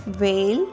వేల్